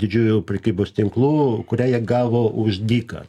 didžiųjų prekybos tinklų kurią jie gavo už dyką